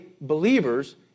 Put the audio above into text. believers